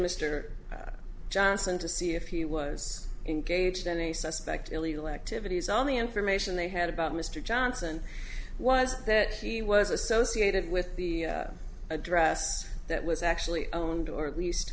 mr johnson to see if he was engaged in a suspect illegal activities all the information they had about mr johnson was that he was associated with the address that was actually owned or at least